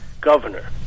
governor